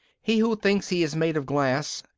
he who thinks he is made of glass,